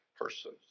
person